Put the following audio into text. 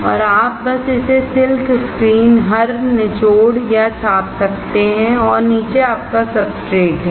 और आप बस इसे सिल्क स्क्रीन पर निचोड़ या छाप सकते हैं और नीचे आपका सब्सट्रेट है